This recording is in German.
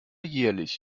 jährlich